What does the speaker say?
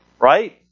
Right